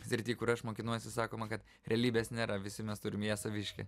srity kur aš mokinuosi sakoma kad realybės nėra visi mes turime ją saviškę